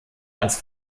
als